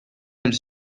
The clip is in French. elles